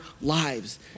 lives